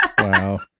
Wow